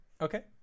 Okay